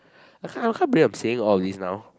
I can't I can't believe I'm saying all of these now